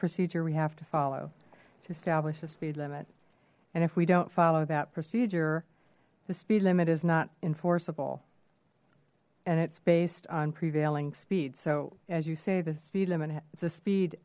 procedure we have to follow to establish a speed limit and if we don't follow that procedure the speed limit is not enforceable and it's based on prevailing speed so as you say the speed limit has a speed